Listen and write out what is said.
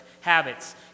habits